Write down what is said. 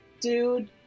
Dude